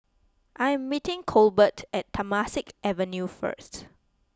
I am meeting Colbert at Temasek Avenue first